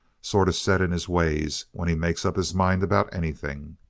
sort of set in his ways when he makes up his mind about anything.